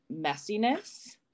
messiness